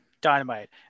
Dynamite